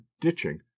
ditching